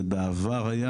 זה בעבר היה,